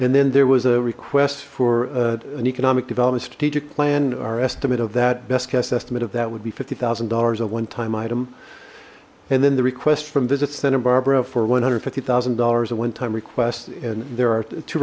and then there was a request for a an economic development strategic plan our estimate of that best guess estimate of that would be fifty thousand dollars a one time item and then the request from visit santa barbara for one hundred and fifty thousand dollars a one time request and there are two